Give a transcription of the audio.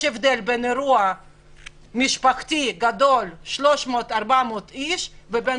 יש הבדל בין אירוע משפחתי גדול של 300 - 400 איש לבין